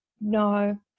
no